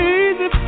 easy